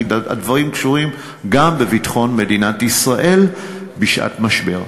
כי הדברים קשורים גם בביטחון מדינת ישראל בשעת משבר.